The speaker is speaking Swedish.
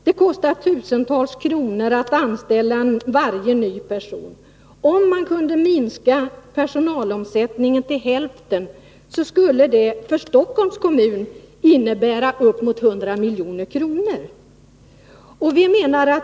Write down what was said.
Det kostar tusentals kronor att anställa varje ny person. Om man kunde minska personalomsättningen med hälften, skulle det för Stockholms kommun innebära en besparing på upp emot 100 milj.kr.